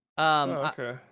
Okay